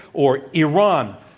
or iran?